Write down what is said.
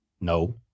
No